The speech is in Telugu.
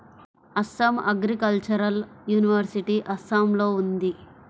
అస్సాం అగ్రికల్చరల్ యూనివర్సిటీ అస్సాంలో ఉంది